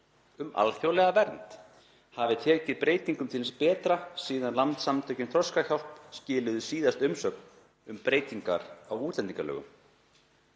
um alþjóðlega vernd hafi tekið breytingum til hins betra síðan Landssamtökin Þroskahjálp skiluðu síðast umsögn um breytingar á útlendingalögum.